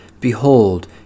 Behold